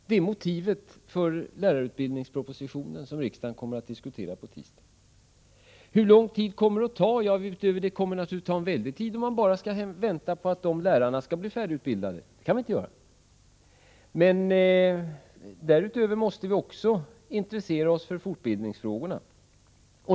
Det är motivet för lärarutbildningspropositionen, som riksdagen kommer att diskutera på tisdag. Hur lång tid kommer det att ta innan alla lärare har behörighet? Ja, det kommer naturligtvis att ta en väldigt lång tid om man bara skall vänta på att det målet skall uppfyllas, och det kan vi inte göra. Därutöver måste vi också intressera oss för fortbildningsfrågorna.